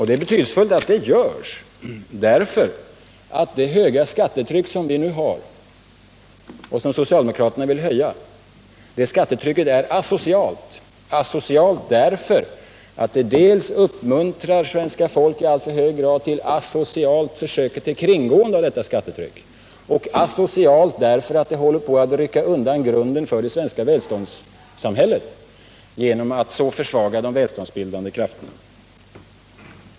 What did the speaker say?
Det är betydelsefullt att detta görs därför att det höga skattetryck som vi nu har och som socialdemokraterna vill höja är asocialt — asocialt därför att det uppmuntrar svenska folket i alltför hög grad till asociala försök att kringgå detta skattetryck, asocialt därför att det håller på att rycka undan grunden för det svenska välståndssamhället genom att så försvaga de välståndsbildande krafterna.